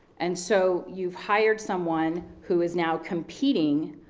and so you've hired someone who is now competing,